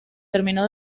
terminó